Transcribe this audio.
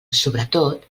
sobretot